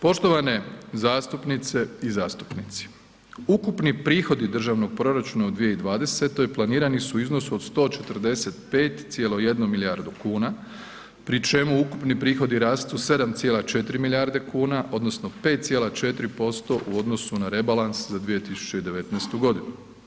Poštovane zastupnice i zastupnici, ukupni prihodi državnog proračuna u 2020. planirani su u iznosu od 145,1 milijardu kuna pri čemu ukupni prihodi rastu 7,4 milijarde kuna odnosno 5,4% u odnosu na rebalans za 2019. godinu.